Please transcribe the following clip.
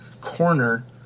corner